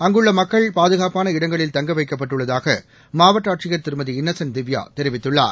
அங்குள்ளமக்கள் பாதுகாப்பான இடங்களில் தங்கவைக்கப்பட்டுள்ளதாகமாவட்டஆட்சியர் திருமதி இன்னசென்ட் திவ்யாதெரிவித்துள்ளார்